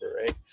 Right